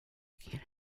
gain